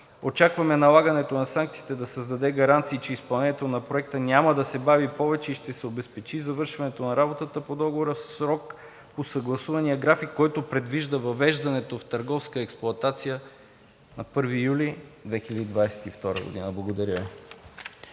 Очакваме налагането на санкциите да създаде гаранции, че изпълнението на проекта няма да се бави повече и ще се обезпечи завършването на работата по договора в срок по съгласувания график, който предвижда въвеждането в търговска експлоатация на 1 юли 2022 г. Благодаря